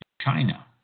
China